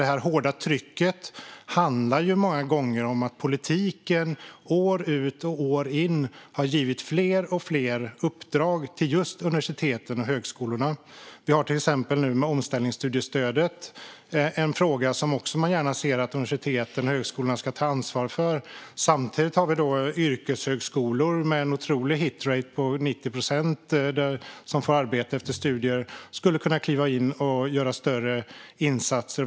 Det hårda trycket beror många gånger på att politiken år ut och år in har givit fler och fler uppdrag till just universiteten och högskolorna. Vi har till exempel nu med omställningsstudiestödet en fråga som man gärna ser att universiteten och högskolorna ska ta ansvar för. Samtidigt har vi yrkeshögskolor med en otrolig hit rate på 90 procent som får arbete efter studier. De skulle kunna kliva in och göra större insatser.